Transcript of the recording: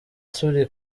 turi